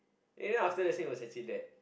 you know after lesson it was actually that